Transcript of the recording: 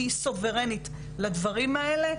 שהיא סוברנית לדברים האלה,